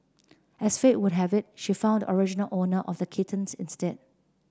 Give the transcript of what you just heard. as fate would have it she found the original owner of the kittens instead